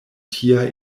tia